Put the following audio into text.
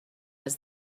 was